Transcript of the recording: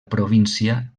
província